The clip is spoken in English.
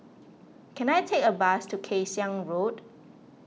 can I take a bus to Kay Siang Road